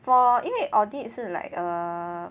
for 因为 audit 是 like err